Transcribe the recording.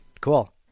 Cool